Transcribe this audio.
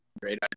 great